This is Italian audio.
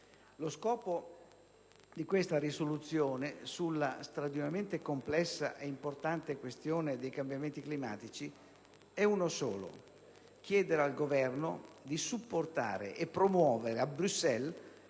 Lo scopo di questa mozione sulla straordinariamente complessa e importante questione dei cambiamenti climatici è uno solo: chiedere al Governo di supportare e promuovere a Bruxelles